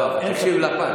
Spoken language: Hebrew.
לא, תקשיב לפאנץ'.